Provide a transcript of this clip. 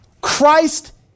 Christ